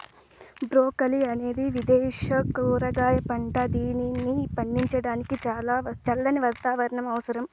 broccoli అనేది విదేశ కూరగాయ పంట, దీనిని పండించడానికి చల్లని వాతావరణం అవసరం